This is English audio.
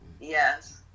yes